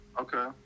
okay